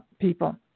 people